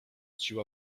siła